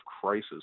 crisis